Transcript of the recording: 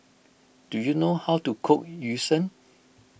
do you know how to cook Yu Sheng